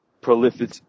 prolific